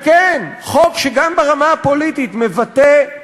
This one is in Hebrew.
וכן, חוק שגם ברמה הפוליטית מבטא,